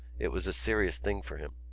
it was a serious thing for him.